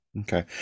okay